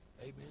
Amen